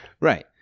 right